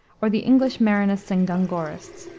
or the english marinists and gongorists,